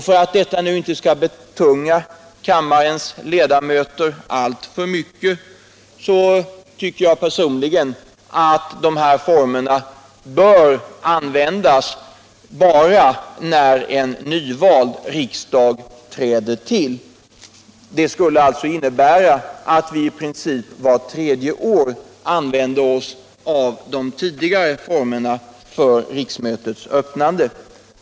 För att detta inte skall betunga kammarens ledamöter alltför mycket bör dessa former enligt min mening användas bara när en nyvald regering träder till. Det skulle alltså innebära att vi vart tredje år använder oss av de tidigare formerna för riksmötets öppnande.